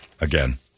Again